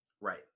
Right